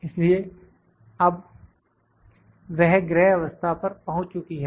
इसलिए अब वह गृह अवस्था पर पहुंच चुकी है